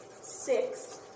six